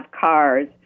cars